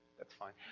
that's fine.